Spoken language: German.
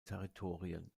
territorien